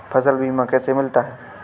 फसल बीमा कैसे मिलता है?